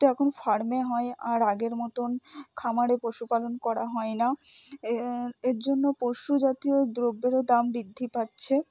তো এখন ফার্মে হয় আর আগের মতন খামারে পশুপালন করা হয় না এর জন্য পশুজাতীয় দ্রব্যেরও দাম বৃদ্ধি পাচ্ছে